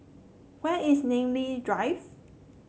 where is Namly Drive